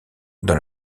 dans